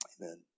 Amen